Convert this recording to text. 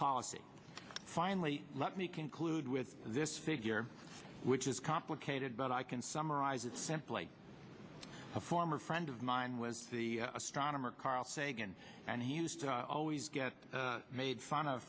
policy finally let me conclude with this figure which is complicated but i can summarize it simply a former friend of mine was the astronomer carl sagan and he used to always get made fun of